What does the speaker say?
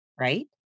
Right